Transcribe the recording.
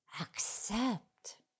accept